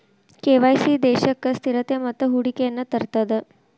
KYC ದೇಶಕ್ಕ ಸ್ಥಿರತೆ ಮತ್ತ ಹೂಡಿಕೆಯನ್ನ ತರ್ತದ